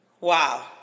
Wow